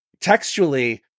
textually